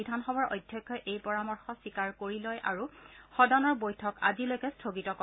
বিধানসভাৰ অধ্যক্ষই এই পৰামৰ্শ স্বীকাৰ কৰি লয় আৰু সদনৰ বৈঠক আজিলৈকে স্থগিত কৰে